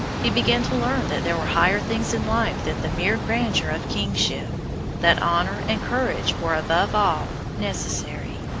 he began to learn that there were higher things in life than the mere grandeur of kingship that honour and courage were above all necessary,